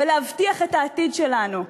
בהבטחת העתיד שלנו?